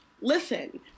Listen